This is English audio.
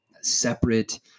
Separate